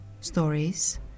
stories